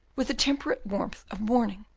with the temperate warmth of morning,